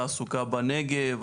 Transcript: תעסוקה בנגב?